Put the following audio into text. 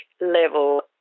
level